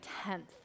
tenth